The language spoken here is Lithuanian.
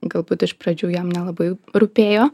galbūt iš pradžių jam nelabai rūpėjo